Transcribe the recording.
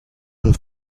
have